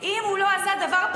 שיקרה מה שיקרה,